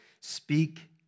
speak